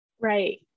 Right